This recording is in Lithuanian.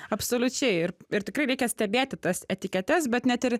absoliučiai ir ir tikrai reikia stebėti tas etiketes bet net ir